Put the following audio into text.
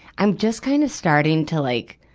i'm just kind of starting to like,